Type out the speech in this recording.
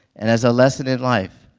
and as a lesson in life,